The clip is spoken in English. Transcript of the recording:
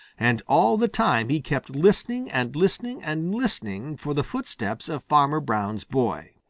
and all the time he kept listening and listening and listening for the footsteps of farmer brown's boy.